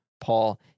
Paul